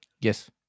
Yes